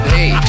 Hey